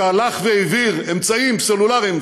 שהלך והעביר אמצעים סלולריים,